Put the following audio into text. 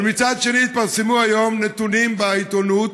מצד שני, התפרסמו היום נתונים בעיתונות